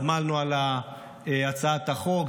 עמלנו על הצעת החוק,